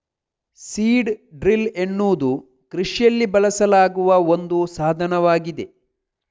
seed drill ಎನ್ನುವುದು ಕೃಷಿಯಲ್ಲಿ ಬಳಸಲಾಗುವ ಒಂದು ಸಾಧನವಾಗಿದೆ